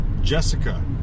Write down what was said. Jessica